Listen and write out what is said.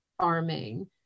farming